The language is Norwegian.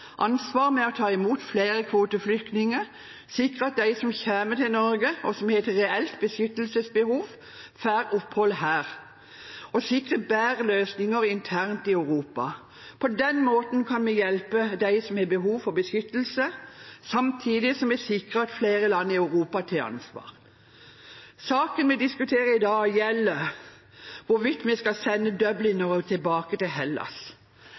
ansvar ved å ta imot flere kvoteflyktninger og sikre at de som kommer til Norge og som har et reelt beskyttelsesbehov, får opphold her, og å sikre bedre løsninger internt i Europa. På den måten kan vi hjelpe dem som har behov for beskyttelse samtidig som vi sikrer at flere land i Europa tar ansvar. Saken vi diskuterer i dag, gjelder hvorvidt vi skal sende Dublin-ere tilbake til Hellas.